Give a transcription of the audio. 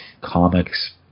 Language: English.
comics